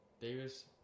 Davis